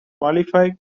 qualified